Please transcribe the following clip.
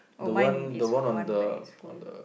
oh mine is one bag is full